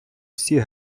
всі